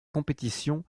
compétitions